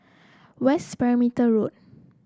West Perimeter Road